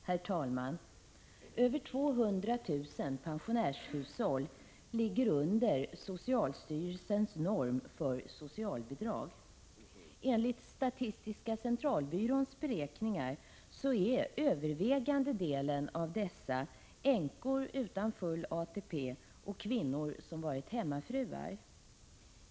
Herr talman! Över 200 000 pensionärshushåll ligger under socialstyrelsens norm för socialbidrag. Enligt statistiska centralbyråns beräkningar är övervägande delen av dessa änkor utan full ATP och kvinnor som har varit hemmafruar.